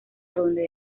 donde